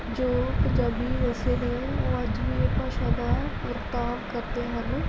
ਜੋ ਪੰਜਾਬੀ ਵਸੇ ਨੇ ਉਹ ਅੱਜ ਵੀ ਉਹ ਭਾਸ਼ਾ ਦਾ ਵਰਤਾਅ ਕਰਦੇ ਹਨ